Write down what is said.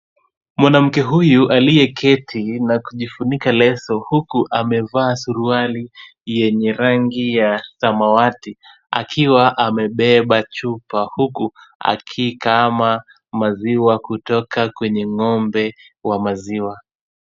Mwanamke huyu aliyeketi na kujifunika leso, huku amevaa suruali yenye rangi ya samawati, akiwa amebeba chupa huku akikama maziwa, kutoka kwenye ng'ombe wa maziwa.